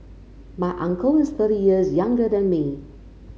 my uncle is thirty years younger than me